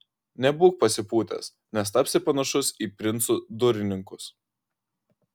nebūk pasipūtęs nes tapsi panašus į princų durininkus